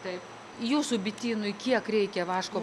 taip jūsų bitynui kiek reikia vaško